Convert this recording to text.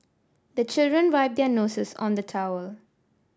the children wipe their noses on the towel